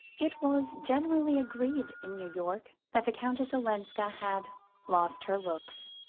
it was generally agreed in new york that the countess olenska had lost her looks.